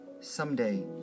someday